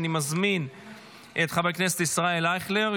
אני מזמין את חבר הכנסת ישראל אייכלר,